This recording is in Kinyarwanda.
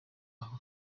aho